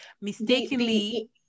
mistakenly